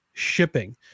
shipping